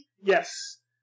Yes